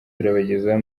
turabagezaho